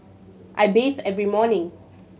I bathe every morning